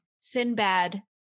sinbad